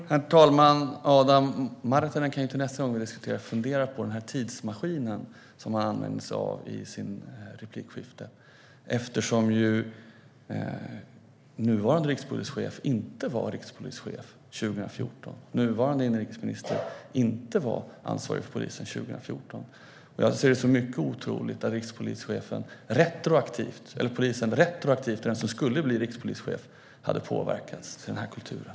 Herr talman! Adam Marttinen kan väl till nästa gång vi diskuterar fundera på den tidsmaskin som han använder sig av i sina inlägg. Den nuvarande rikspolischefen var nämligen inte rikspolischef 2014, och den nuvarande inrikesministern var inte ansvarig för polisen 2014. Jag ser det som mycket osannolikt att polisen retroaktivt av den som skulle bli rikspolischef hade påverkats vad gäller den kulturen.